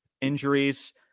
injuries